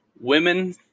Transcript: women